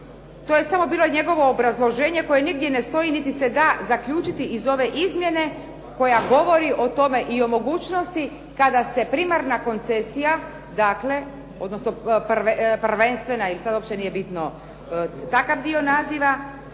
To je samo bilo njegovo obrazloženje koje nigdje ne stoji niti se da zaključiti iz ove izmjene koja govori o tome i o mogućnosti kada se primarna koncesija, dakle odnosno prvenstvena ili sad uopće nije bitno takav dio naziva